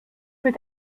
peut